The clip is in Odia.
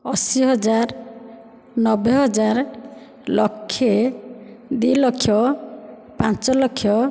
ଅଶି ହଜାର ନବେ ହଜାର ଲକ୍ଷେ ଦି ଲକ୍ଷ ପାଞ୍ଚ ଲକ୍ଷ